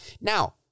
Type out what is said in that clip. Now